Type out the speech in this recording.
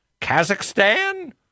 Kazakhstan